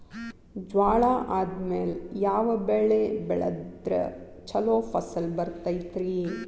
ಜ್ವಾಳಾ ಆದ್ಮೇಲ ಯಾವ ಬೆಳೆ ಬೆಳೆದ್ರ ಛಲೋ ಫಸಲ್ ಬರತೈತ್ರಿ?